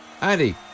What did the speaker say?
Andy